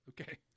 Okay